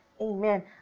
Amen